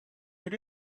did